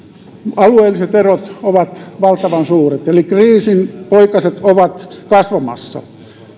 alueelliset erot ovat valtavan suuret eli kriisin poikaset ovat kasvamassa